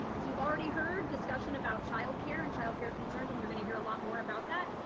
you've already heard discussion about child care and child care concerned, and you're gonna hear a lot more about that.